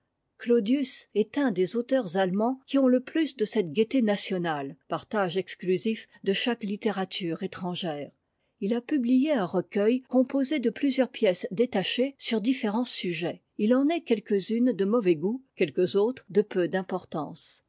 claudius est un des auteurs allemands qui ont le plus de cette gaieté nationale partage exclusif de chaque littérature étrangère il a publié un recueil composé de plusieurs pièces détachées sur différents sujets il en est quelques-unes de mauvais goût quelques autres de peu d'importance